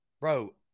bro